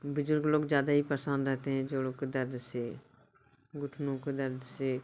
बुजुर्ग लोग ज़्यादा ही परेशान रहते हैं जोड़ो के दर्द से घुटनों के दर्द से